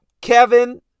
Kevin